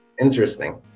interesting